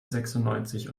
sechsundneunzig